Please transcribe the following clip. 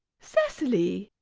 cecily!